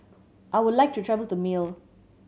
I would like to travel to Male